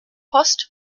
post